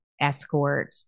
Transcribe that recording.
escort